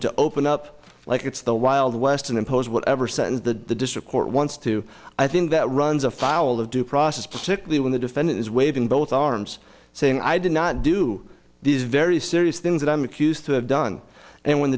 to open up like it's the wild west and impose whatever sentence the district court wants to i think that runs afoul of due process particularly when the defendant is waving both arms saying i did not do these very serious things that i'm accused to have done and when the